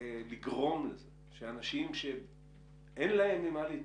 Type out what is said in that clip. ולגרום לזה שאנשים שאין להם ממה להתפרנס,